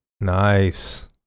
Nice